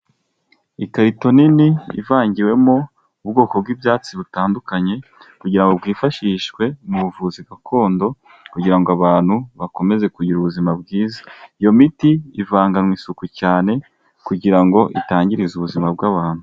Ikarito nini ivangiwemo ubwoko bw'ibyatsi butandukanye kugirango bwifashishwe mu buvuzi gakondo kugirango abantu bakomeze kugira ubuzima bwiza, iyo miti ivanganwa isuku cyane kugirango itangiriza ubuzima bw'abantu.